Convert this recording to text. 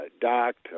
docked